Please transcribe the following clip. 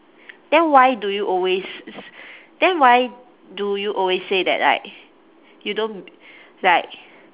then why do you always s~ s~ then why do you always say that like you don't like